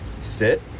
Sit